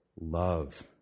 love